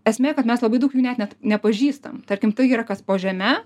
esmė kad mes labai daug jų net net nepažįstam tarkim tai yra kas po žeme